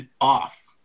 off